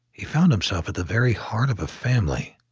he found himself at the very heart of a family,